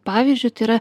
pavyzdžiui tai yra